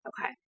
Okay